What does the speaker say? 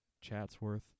Chatsworth